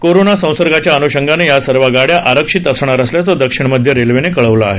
corona संसर्गाच्या अन्षंगानं या सर्व गाड्या आरक्षित असणार असल्याचं दक्षिण मध्य रेल्वेनं कळवलं आहे